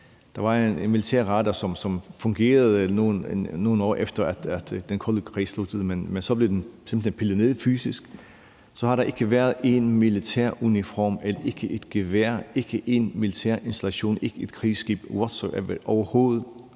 Der var en militær radar, som fungerede, nogle år efter at den kolde krig sluttede, men så blev den simpelt hen pillet ned fysisk. Så har der ikke været én militæruniform, end ikke et gevær, ikke én militær installation, ikke ét krigsskib overhovedet